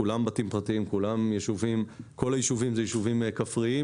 כולם בתים פרטיים, כל היישובים הם יישובים כפריים,